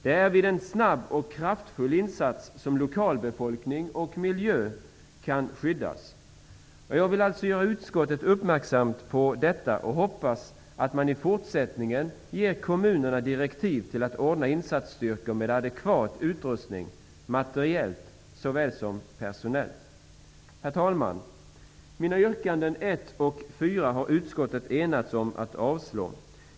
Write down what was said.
Det är vid en snabb och kraftfull insats som lokalbefolkning och miljö kan skyddas. Jag vill alltså göra utskottet uppmärksamt på detta och hoppas att man i fortsättningen ger kommunerna direktiv till att ordna insatsstyrkor med adekvat utrustning materiellt och personellt. Herr talman! Mina yrkanden 1 och 4 har utskottet enats om att avstyrka.